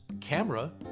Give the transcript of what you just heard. camera